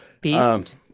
Beast